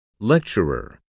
Lecturer